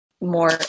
more